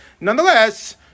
Nonetheless